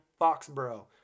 Foxborough